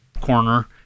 corner